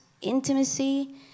intimacy